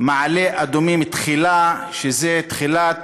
מעלה-אדומים תחילה, זו תחילת